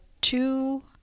two